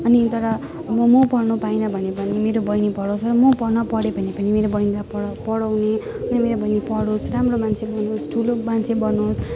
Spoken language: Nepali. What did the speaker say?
अनि तर अब म पढ्न पाइनँ भने पनि मेरो बहिनी पढोस् हो म पढ्न नपढे भने पनि मेरो बहिनी पढ् पढाउने मेरो बहिनी पढोस् राम्रो मान्छे बनोस् ठुलो मान्छे बनोस्